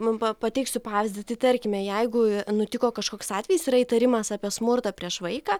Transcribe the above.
mum pa pateiksiu pavyzdį tai tarkime jeigu nutiko kažkoks atvejis yra įtarimas apie smurtą prieš vaiką